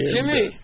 Jimmy